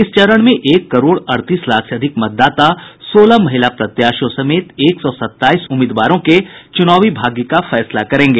इस चरण में एक करोड़ अड़तीस लाख से अधिक मतदाता सोलह महिला प्रत्याशियों समेत एक सौ सताईस उम्मीदवारों के चुनावी भाग्य का फैसला करेंगे